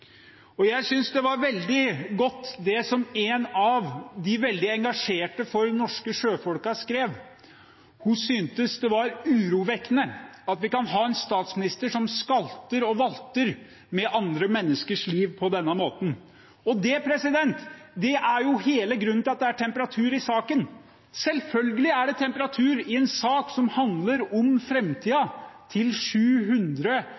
Jeg synes det var veldig godt, det som en av de veldig engasjerte for de norske sjøfolkene skrev. Hun syntes det var urovekkende at vi kunne ha en statsminister som skalter og valter med andre menneskers liv på denne måten. Det er jo hele grunnen til at det er temperatur i saken. Selvfølgelig er det temperatur i en sak som handler om framtiden til 700